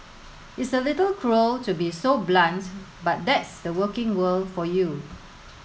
it's a little cruel to be so blunt but that's the working world for you